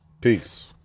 Peace